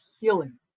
healing